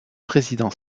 président